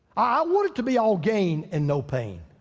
want it to be all gain and no pain.